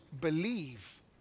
believe